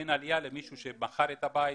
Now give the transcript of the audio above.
אין עלייה למישהו שמכר את הבית,